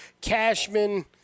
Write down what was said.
Cashman